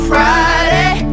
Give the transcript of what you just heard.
Friday